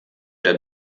der